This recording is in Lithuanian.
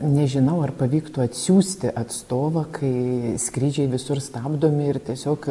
nežinau ar pavyktų atsiųsti atstovą kai skrydžiai visur stabdomi ir tiesiog